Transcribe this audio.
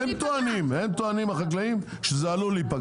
הם טוענים החקלאים שזה עלול להיפגע.